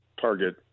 target